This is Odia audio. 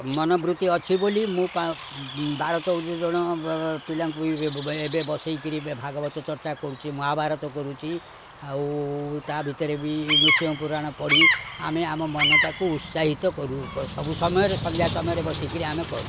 ମନବୃତ୍ତି ଅଛି ବୋଲି ମୁଁ ବାର ଚଉଦ ଜଣ ପିଲାଙ୍କୁ ବି ଏବେ ବସେଇକିରି ଭାଗବତ ଚର୍ଚ୍ଚା କରୁଛି ମହାଭାରତ କରୁଛି ଆଉ ତା ଭିତରେ ବି ନୃସିଂହ ପୁରାଣ ପଢ଼ି ଆମେ ଆମ ମନଟାକୁ ଉତ୍ସାହିତ କରୁ ସବୁ ସମୟରେ ସନ୍ଧ୍ୟା ସମୟରେ ବସିକିରି ଆମେ କରୁ